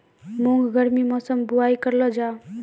मूंग गर्मी मौसम बुवाई करलो जा?